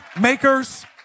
makers